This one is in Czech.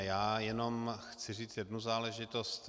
Já jenom chci říct jednu záležitost.